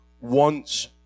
wants